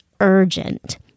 urgent